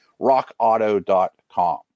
rockauto.com